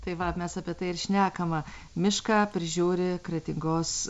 tai va mes apie tai ir šnekama mišką prižiūri kretingos